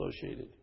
associated